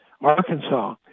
Arkansas